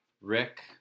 Rick